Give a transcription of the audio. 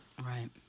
Right